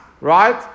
right